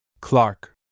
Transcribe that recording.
Clark